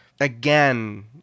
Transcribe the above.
again